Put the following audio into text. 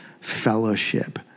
fellowship